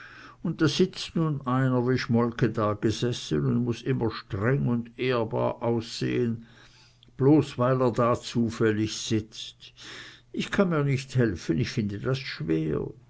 und da sitzt nun einer wie schmolke da gesessen und muß immer streng und ehrbar aussehen bloß weil er da zufällig sitzt ich kann mir nicht helfen ich finde das schwer